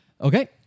Okay